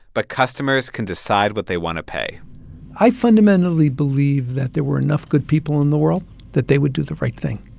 but customers can decide what they want to pay i fundamentally believed that there were enough good people in the world that they would do the right thing.